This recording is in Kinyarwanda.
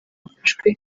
bafashwe